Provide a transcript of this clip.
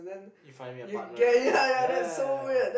If I meet a partner right ya ya ya ya